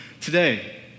today